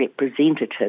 representatives